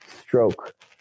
stroke